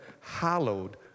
hallowed